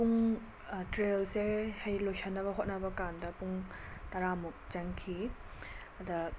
ꯄꯨꯡ ꯇ꯭ꯔꯦꯜꯁꯦ ꯍꯥꯏꯗꯤ ꯂꯣꯏꯁꯤꯟꯅꯕ ꯍꯣꯠꯅꯕ ꯀꯥꯟꯗ ꯄꯨꯡ ꯇꯔꯥꯃꯨꯛ ꯆꯪꯈꯤ ꯑꯗ